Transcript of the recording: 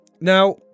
Now